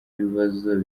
ibibazo